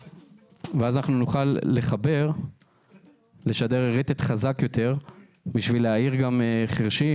ואז אנחנו נוכל לשדר רטט חזק יותר בשביל להעיר בלילה גם חירשים,